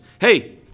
Hey